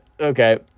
Okay